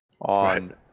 on